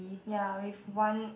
ya with one